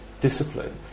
discipline